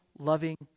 Loving